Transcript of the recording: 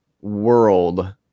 world